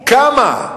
כמה?